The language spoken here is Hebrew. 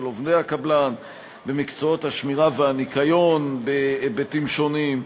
עובדי הקבלן במקצועות השמירה והניקיון בהיבטים שונים.